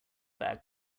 bad